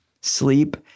sleep